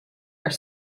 are